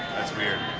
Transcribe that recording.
that's weird.